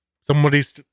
somebody's